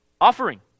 offering